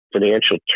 financial